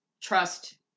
trust